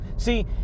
See